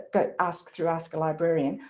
but ask through ask-a-librarian.